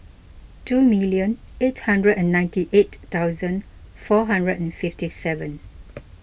two million eight hundred and ninety eight thousand four hundred and fifty seven